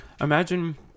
Imagine